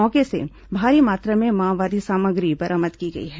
मौके से भारी मात्रा में माओवादी सामग्री बरामद की गई है